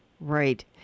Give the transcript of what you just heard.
Right